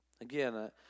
Again